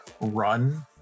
run